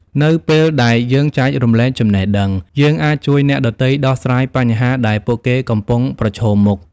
នៅពេលដែលយើងចែករំលែកចំណេះដឹង យើងអាចជួយអ្នកដទៃដោះស្រាយបញ្ហាដែលពួកគេកំពុងប្រឈមមុខ។